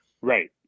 Right